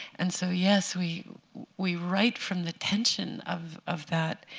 and so yes, we we write from the tension of of that